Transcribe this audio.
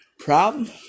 Problem